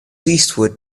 eastward